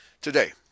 today